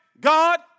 God